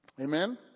Amen